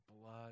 blood